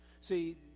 See